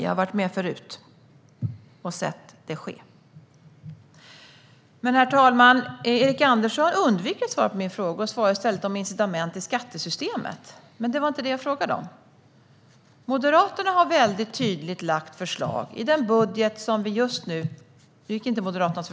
Jag har varit med förut och sett det ske. Herr talman! Erik Andersson undviker att svara på min fråga. Han talar i stället om incitament i skattesystemet. Men det var inte det jag frågade om. Moderaterna har lagt fram väldigt tydliga förslag i sin budget, som visserligen inte gick igenom.